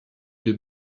deux